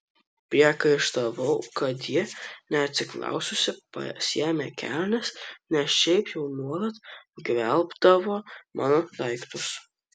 priekaištavau kad ji neatsiklaususi pasiėmė kelnes nes šiaip jau nuolat gvelbdavo mano daiktus